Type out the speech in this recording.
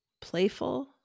playful